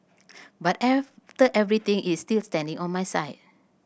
but after everything is still standing on my side